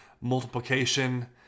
multiplication